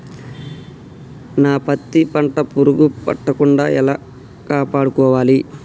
నా పత్తి పంట పురుగు పట్టకుండా ఎలా కాపాడుకోవాలి?